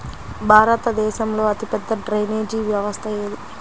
భారతదేశంలో అతిపెద్ద డ్రైనేజీ వ్యవస్థ ఏది?